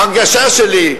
ההרגשה שלי,